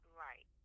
right